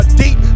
deep